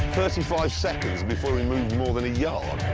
thirty-five seconds before he moved more than a yard.